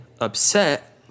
upset